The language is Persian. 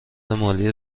مالی